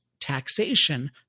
taxation